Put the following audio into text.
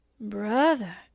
Brother